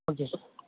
okay sir